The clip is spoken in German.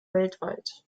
weltweit